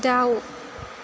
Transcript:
दाउ